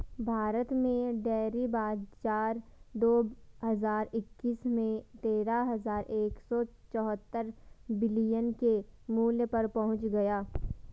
भारत में डेयरी बाजार दो हज़ार इक्कीस में तेरह हज़ार एक सौ चौहत्तर बिलियन के मूल्य पर पहुंच गया